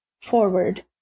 forward